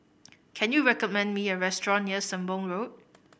can you recommend me a restaurant near Sembong Road